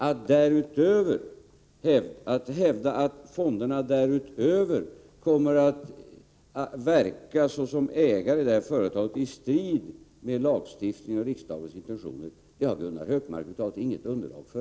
Att hävda att fonderna därutöver kommer att verka såsom ägare i detta företag, i strid med lagstiftningen och riksdagens intentioner, har Gunnar Hökmark över huvud taget inget underlag för.